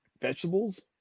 vegetables